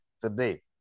today